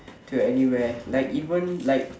to anywhere like even like